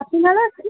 আপনি ভালো আছেন